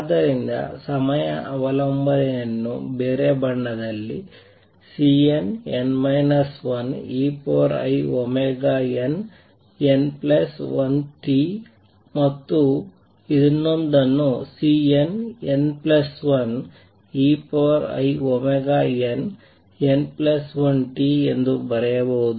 ಆದ್ದರಿಂದ ಸಮಯ ಅವಲಂಬನೆಯನ್ನು ಬೇರೆ ಬಣ್ಣದಲ್ಲಿ Cnn 1einn 1tಮತ್ತು ಇನ್ನೊಂದನ್ನು Cnn1einn1t ಎಂದು ಬರೆಯಬಹುದು